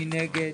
מי נגד?